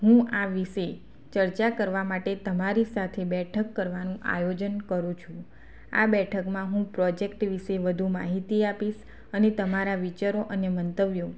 હું આ વિશે ચર્ચા કરવા માટે તમારી સાથે બેઠક કરવાનું આયોજન કરું છું આ બેઠકમાં હું પ્રોજેક્ટ વિશે વધુ માહિતી આપીશ અને તમારા વિચારો અને મંતવ્યો